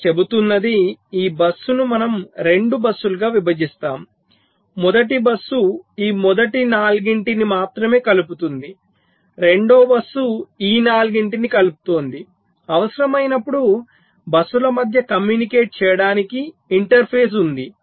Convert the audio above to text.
మనము చెబుతున్నది ఈ బస్సును మనము 2 బస్సులుగా విభజిస్తున్నాము మొదటి బస్సు ఈ మొదటి 4 ని మాత్రమే కలుపుతోంది రెండవ బస్సు ఈ 4 ని కలుపుతోంది అవసరమైనప్పుడు బస్సుల మధ్య కమ్యూనికేట్ చేయడానికి ఇంటర్ఫేస్ ఉంది